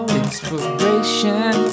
inspiration